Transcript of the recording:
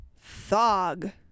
Thog